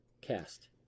Cast